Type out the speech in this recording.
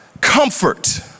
comfort